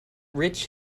rich